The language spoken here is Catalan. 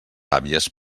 àvies